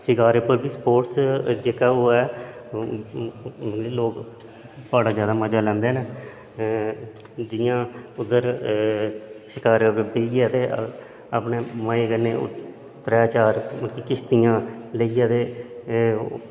शकारे पर बी स्पोटस जेह्ड़ा ऐ ओह् लोग बड़ा जैदा मज़ा लैंदे न जि'यां इद्धर शकारे पर बैहियै ते अपने मज़े कन्नै त्रै चार किश्तियां लेइयै ते